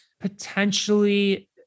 Potentially